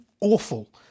awful